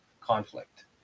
conflict